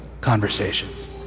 conversations